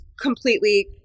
completely